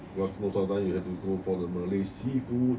cause most of the time you have to go for the malay seafood